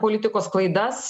politikos klaidas